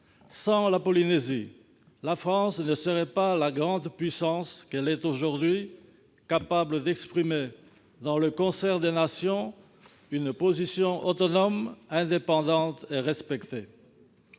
Sans la Polynésie, la France ne serait pas la grande puissance qu'elle est aujourd'hui, capable d'exprimer, dans le concert des nations, une position autonome, indépendante et respectée.